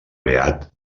beat